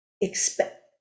expect